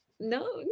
No